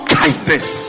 kindness